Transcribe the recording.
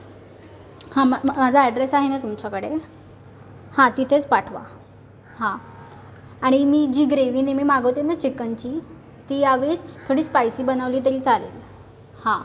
हां मग माझा ॲड्रेस आहे ना तुमच्याकडे हां तिथेच पाठवा हां आणि मी जी ग्रेवी नेहमी मागवते ना चिकनची ती या वेळेस थोडी स्पाइसी बनवली तरी चालेल हां